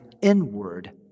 inward